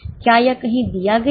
क्या यह कहीं दिया गया है